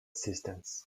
systems